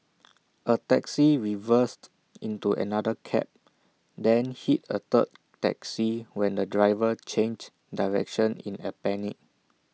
A taxi reversed into another cab then hit A third taxi when the driver changed direction in A panic